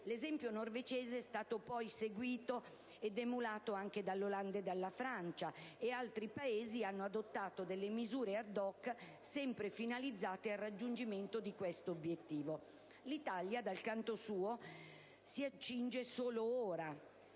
L'esempio norvegese è stato seguìto ed emulato dall'Olanda e dalla Francia ed altri Paesi hanno adottato misure *ad hoc* sempre finalizzate al raggiungimento di tale obiettivo. L'Italia, dal canto suo, solo ora